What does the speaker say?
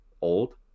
old